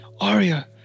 Arya